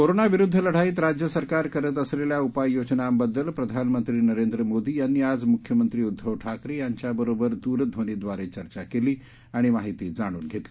कोरोनाविरुद्ध लढाईत राज्य सरकार करत असलेल्या उपाययोजनांबद्दल प्रधानमंत्री नरेंद्र मोदी यांनी आज मुख्यमंत्री उद्धव ठाकरे यांच्या बरोबर दूरध्वनीद्वारे चर्चा केली आणि माहिती जाणून घेतली